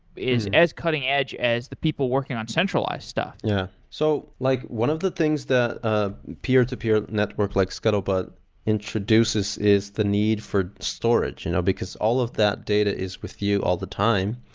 is as cutting-edge as the people working on centralized stuff. yeah so like one of the things that ah peer-to-peer network like scuttlebutt introduces is the need for storage, you know because all of that data is with you all the time.